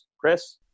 Chris